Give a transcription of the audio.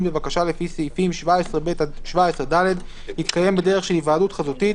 בבקשה לפי סעיפים 17ב עד 17ד יתקיים בדרך של היוועדות חזותית,